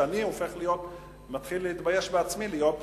ואני מתחיל להתבייש בעצמי להיות אזרח,